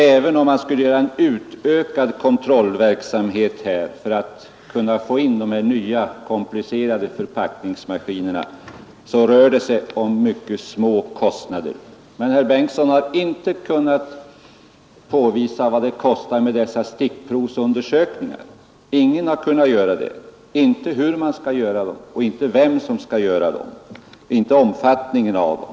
Även om kontrollverksamheten utökas till att omfatta de nya komplicerade förpackningsmaskinerna skulle kostnaderna bli mycket små. Men herr Bengtsson har inte kunnat visa vad stickprovsundersökningarna skulle kosta — det har ingen kunnat göra. Det har inte sagts någonting om hur man skall göra dem, vem som skall göra dem eller omfattningen av dem.